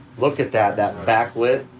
look at that, that back lit